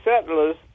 settlers